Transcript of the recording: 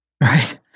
Right